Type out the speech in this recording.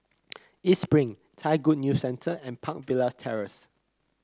East Spring Thai Good News Centre and Park Villas Terrace